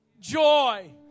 Joy